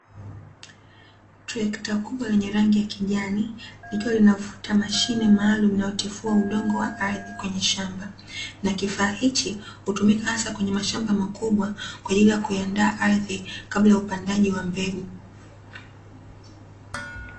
Trekta kubwa lenye rangi ya kijani, likiwa linavuta mashine maalumu inayotifua udongo wa ardhi kwenye shamba, na kifaa hiki hutumika hasa kwenye mashamba makubwa, kwa ajili ya kuiandaa ardhi kabla ya upandaji wa mbegu.